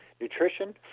nutrition